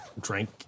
drank